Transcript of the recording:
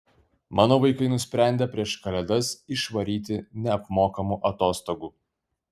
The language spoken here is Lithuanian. mano vaikai nusprendė prieš kalėdas išvaryti neapmokamų atostogų